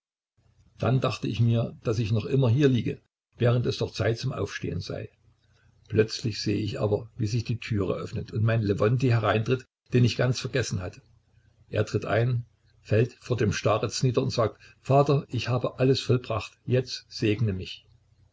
dann dachte ich mir daß ich noch immer hier liege während es doch zeit zum aufstehen sei plötzlich sehe ich aber wie sich die türe öffnet und mein lewontij hereintritt den ich ganz vergessen hatte er tritt ein fällt vor dem starez nieder und sagt vater ich habe alles vollbracht jetzt segne mich